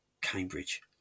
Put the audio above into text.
Cambridge